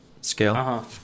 scale